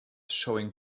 showing